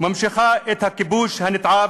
ממשיכה את הכיבוש הנתעב,